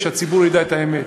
ושהציבור ידע את האמת,